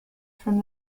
from